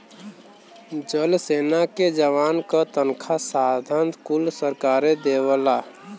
जल सेना के जवान क तनखा साधन कुल सरकारे देवला